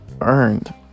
earned